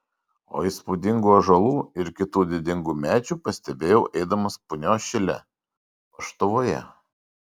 o įspūdingų ąžuolų ir kitų didingų medžių pastebėjau eidamas punios šile paštuvoje